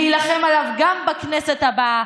להילחם עליו גם בכנסת הבאה,